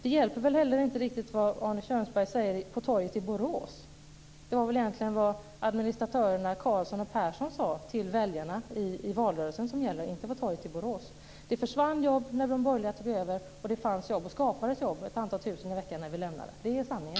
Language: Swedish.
Det hjälper heller inte vad Arne Kjörnsberg säger på torget i Borås. Det är vad administratörerna Carlsson och Persson sade till väljarna i valrörelsen som gäller, inte vad som sades på torget i Borås. Det försvann jobb när de borgerliga tog över, och det fanns jobb samt skapades ett antal tusen jobb i veckan när vi lämnade över. Det är sanningen.